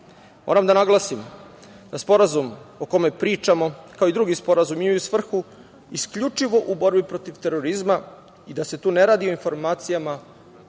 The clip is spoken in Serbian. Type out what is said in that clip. da naglasim da sporazum o kome pričamo, kao i drugi sporazumi, imaju svrhu isključivo u borbi protiv terorizma i da se tu ne radi o informacijama